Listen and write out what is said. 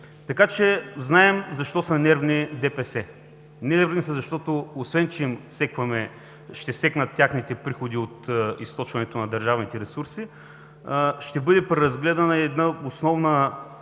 така че знаем защо са нервни ДПС. Нервни са, защото, освен че ще секнат техните приходи от източването на държавните ресурси, ще бъде преразгледан основен